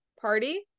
party